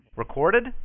Recorded